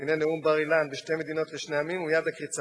הנה נאום בר-אילן ושתי מדינות לשני עמים ומייד הקריצה,